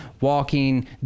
walking